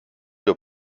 your